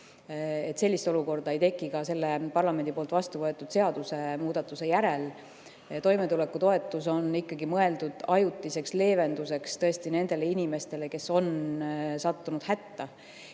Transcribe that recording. Sellist olukorda ei teki ka selle parlamendis vastu võetud seadusemuudatuse järel. Toimetulekutoetus on ikkagi mõeldud ajutiseks leevenduseks nendele inimestele, kes on hätta